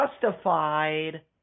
justified